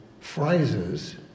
phrases